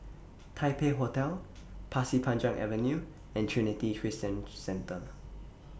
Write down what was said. Taipei Hotel Pasir Panjang Avenue and Trinity Christian Centre